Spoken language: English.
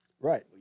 Right